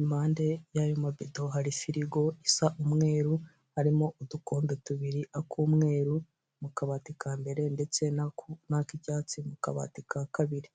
impande yayo mabido hari firigo isa umweru harimo udukombe tubiri, ak'umweru mu kabati kambere ndetse nak'icyatsi mu kabati ka kabiri.